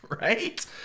Right